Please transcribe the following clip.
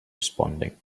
responding